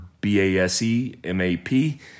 B-A-S-E-M-A-P